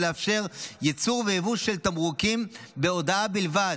ולאפשר ייצור ויבוא של תמרוקים בהודעה בלבד,